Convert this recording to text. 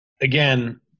again